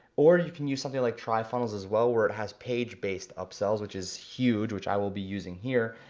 or you can use something like trifunnels as well, where it has page-based upsells which is huge which i will be using here,